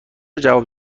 جواب